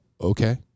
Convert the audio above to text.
Okay